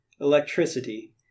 electricity